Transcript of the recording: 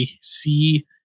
see